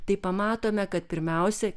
tai pamatome kad pirmiausia